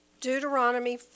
Deuteronomy